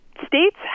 States